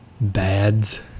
BADs